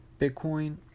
Bitcoin